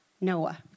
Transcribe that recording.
Noah